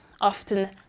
Often